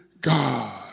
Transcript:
God